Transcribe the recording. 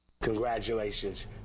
Congratulations